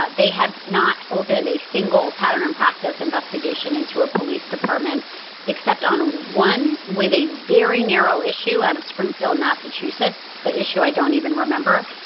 but they have not opened a single pattern and practice investigation into a police department except on one with a very narrow issue out of springfield, massachusetts. the issue i don't even remember,